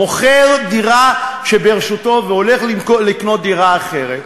מוכר דירה שברשותו והולך לקנות דירה אחרת,